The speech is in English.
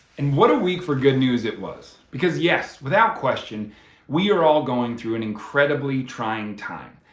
and what a week for good news it was, because yes, without question we are all going through an incredibly trying time.